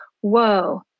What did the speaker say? whoa